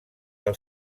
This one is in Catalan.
del